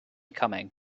coming